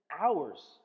hours